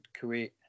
Kuwait